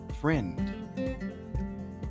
Friend